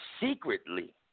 secretly